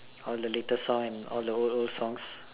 for the latest song and all the old old songs